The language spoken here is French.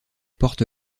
porte